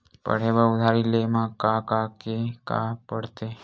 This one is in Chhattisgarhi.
पढ़े बर उधारी ले मा का का के का पढ़ते?